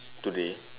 today